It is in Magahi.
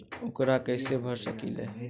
ऊकरा कैसे भर सकीले?